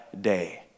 day